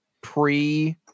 pre